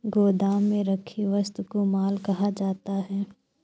गोदाम में रखी वस्तु को माल कहा जाता है